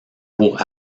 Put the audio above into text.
pour